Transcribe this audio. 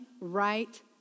right